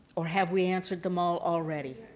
or have we answered them all already?